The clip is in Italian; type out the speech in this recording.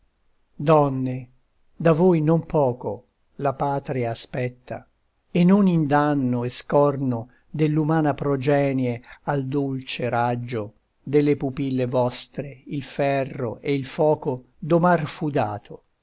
donne da voi non poco la patria aspetta e non in danno e scorno dell'umana progenie al dolce raggio delle pupille vostre il ferro e il foco domar